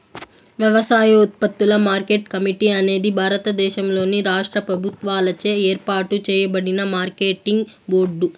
వ్యవసాయోత్పత్తుల market committee అనేది భారతదేశంలోని రాష్ట్ర ప్రభుత్వాలచే ఏర్పాటు చేయబడిన మార్కెటింగ్ బోర్డు